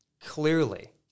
clearly